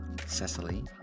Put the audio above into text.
Cecily